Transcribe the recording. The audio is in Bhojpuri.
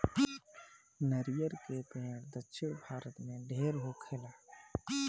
नरियर के पेड़ दक्षिण भारत में ढेर होखेला